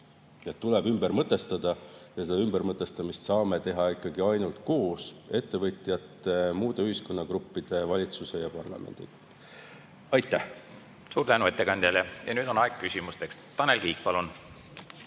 tuleb ümber mõtestada. Ja seda ümbermõtestamist saame teha ikkagi ainult koos ettevõtjate, muude ühiskonnagruppide, valitsuse ja parlamendiga. Aitäh! Suur tänu ettekandjale! Ja nüüd on aeg küsimusteks. Tanel Kiik, palun!